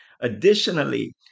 Additionally